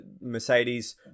Mercedes